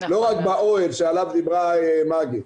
לא רק באוהל שעליו דיברה מגי.